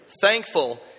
Thankful